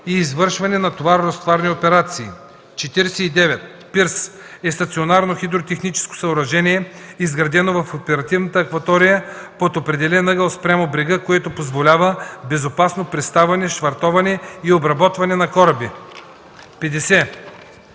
и извършване на товаро-разтоварни операции. 49. „Пирс” е стационарно хидротехническо съоръжение, изградено в оперативната акватория под определен ъгъл спрямо брега, което позволява безопасно приставане, швартоване и обработване на кораби. 50.